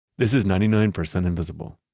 this is ninety nine percent invisible.